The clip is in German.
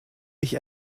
ich